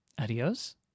Adios